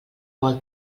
vol